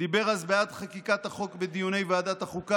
דיבר אז בעד חקיקת החוק בדיוני ועדת החוקה,